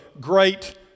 great